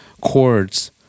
chords